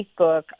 Facebook